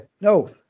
no